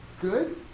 Good